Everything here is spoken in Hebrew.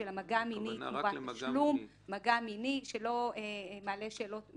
של ספק ישר משחרר מישהו מעבר לספק סביר.